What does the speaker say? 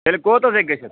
تیٚلہِ کوتاہ ہیٚکہِ گٔژھِتھ